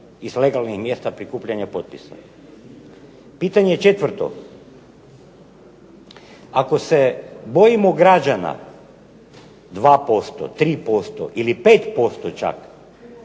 iz legalnih mjesta prikupljanja potpisa. Pitanje četvrto. Ako se bojimo građana 2%, 3% ili 5% čak